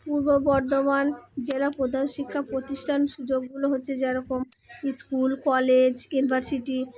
পূর্ব বর্ধমান জেলা প্রধান শিক্ষা প্রতিষ্ঠান সুযোগগুলো হচ্ছে যেরকম স্কুল কলেজ ইউনিভার্সিটি